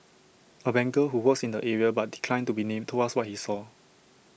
A banker who works in the area but declined to be named told us what he saw